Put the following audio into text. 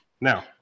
Now